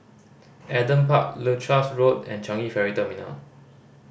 Adam Park Leuchars Road and Changi Ferry Terminal